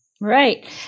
Right